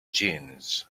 jeans